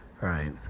right